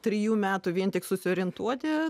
trijų metų vien tik susiorientuoti